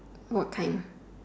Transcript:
what kind